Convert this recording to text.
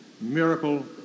miracle